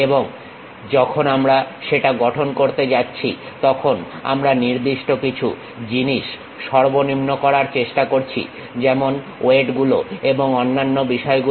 এবং যখন আমরা সেটা গঠন করতে যাচ্ছি তখন আমরা নির্দিষ্ট কিছু জিনিস সর্বনিম্ন করার চেষ্টা করছি যেমন ওয়েটগুলো এবং অন্যান্য বিষয়গুলো